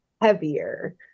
heavier